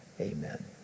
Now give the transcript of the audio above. Amen